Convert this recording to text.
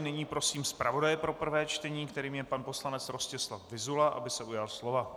Nyní prosím zpravodaje pro prvé čtení, kterým je pan poslanec Rostislav Vyzula, aby se ujal slova.